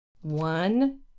one